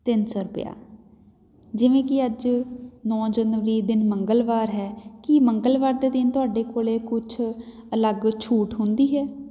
ਤਿੰਨ ਸੌ ਰੁਪਿਆ ਜਿਵੇਂ ਕਿ ਅੱਜ ਨੌ ਜਨਵਰੀ ਦਿਨ ਮੰਗਲਵਾਰ ਹੈ ਕੀ ਮੰਗਲਵਾਰ ਦੇ ਦਿਨ ਤੁਹਾਡੇ ਕੋਲ ਕੁਛ ਅਲੱਗ ਛੂਟ ਹੁੰਦੀ ਹੈ